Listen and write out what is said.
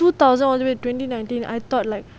two thousand all the way to twenty nineteen I thought like